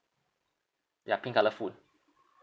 ya pink colour phone